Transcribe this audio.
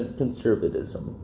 conservatism